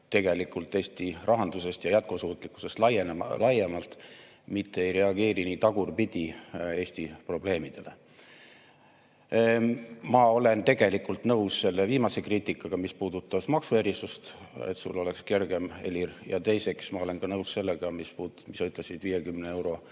hoolis Eesti rahandusest ja jätkusuutlikkusest laiemalt, mitte ei reageerinud niiviisi tagurpidi Eesti probleemidele. Ma olen tegelikult nõus selle viimase kriitikaga, mis puudutas maksuerisust, et sul oleks kergem, Helir. Ja teiseks, ma olen nõus ka sellega, mis sa ütlesid 50 euro